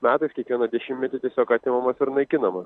metais kiekvieną dešimtmetį tiesiog atimamas ir naikinamas